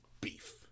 beef